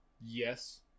yes